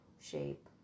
shape